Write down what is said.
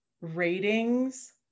ratings